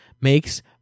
makes